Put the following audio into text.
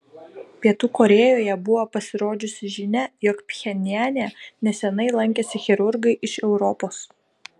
pietų korėjoje buvo pasirodžiusi žinia jog pchenjane neseniai lankėsi chirurgai iš europos